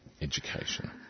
education